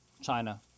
China